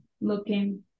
looking